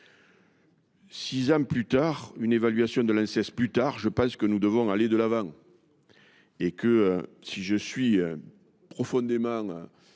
Sept ans et une évaluation de l’Anses plus tard, je pense que nous devons aller de l’avant. Et, si je suis profondément